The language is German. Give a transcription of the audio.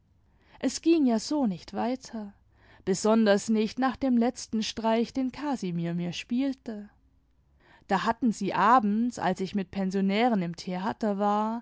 es ging ja so nicht weiter besonders nicht nach dem letzten streich den casimir mir spielte da hatten sie abends als ich mit pensionären im theater war